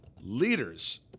leaders